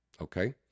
okay